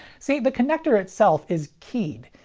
see, the connector itself is keyed,